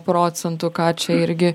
procentų ką čia irgi